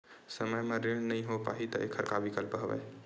समय म ऋण नइ हो पाहि त एखर का विकल्प हवय?